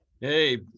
hey